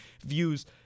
views